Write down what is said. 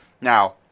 Now